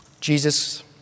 Jesus